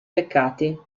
peccati